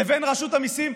לבין רשות המיסים,